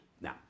Now